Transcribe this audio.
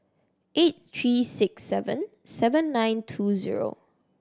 eight three six seven seven nine two zero